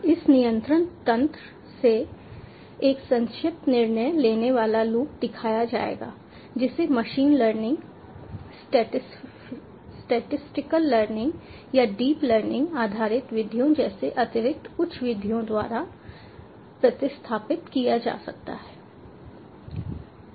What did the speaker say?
और इस नियंत्रण तंत्र से एक संक्षिप्त निर्णय लेने वाला लूप दिखाया जाएगा जिसे मशीन लर्निंग स्टैटिस्टिकल लर्निंग या डीप लर्निंग आधारित विधियों जैसे अतिरिक्त उच्च विधियों द्वारा प्रतिस्थापित किया जा सकता है